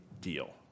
deal